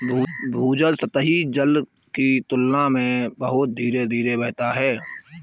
भूजल सतही जल की तुलना में बहुत धीरे धीरे बहता है